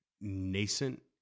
nascent